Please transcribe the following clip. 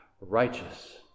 righteous